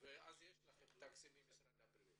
אז יש לכם תקציב ממשרד הבריאות.